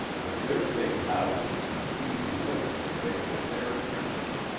with their big houses and easy living they think they are princes,